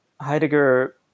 Heidegger